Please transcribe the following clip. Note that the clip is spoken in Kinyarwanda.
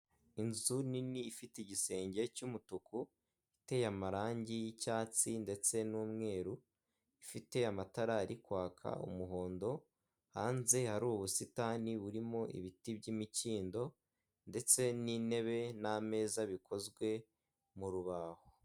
Inzu nini ifite igisenge cy'umutuku iteye amarangi y'icyatsi ndetse n'umweru, ifite amatara ari kwaka umuhondo, hanze hari ubusitani burimo ibiti by'imikindo ndetse n'intebe n'ameza bikozwe mu rubaho.